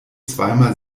zweimal